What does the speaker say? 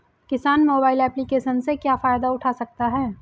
किसान mobile application से क्या फायदा उठा सकता है?